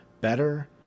better